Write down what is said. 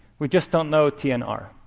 we just don't know t and r.